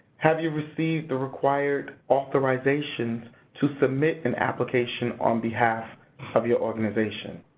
have you received the required authorization to submit an application on behalf of your organization?